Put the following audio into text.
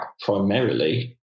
primarily